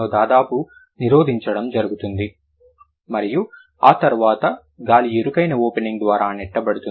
దాదాపుగా నిరోధించడం జరుగుతుంది మరియు ఆ తర్వాత గాలి ఇరుకైన ఓపెనింగ్ ద్వారా నెట్టబడుతుంది